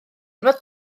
fod